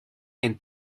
and